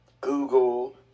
Google